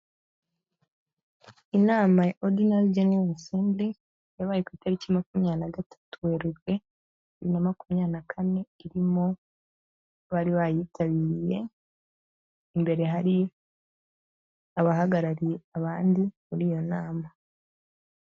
Inama ya odinari genero asemburi, yabaye ku italiki makumyabiri na gatatu, werurwe, bibiri na makumyabiri na kane, irimo abari bayitabiriye, imbere hari abahagarariye abandi muri iyo nama.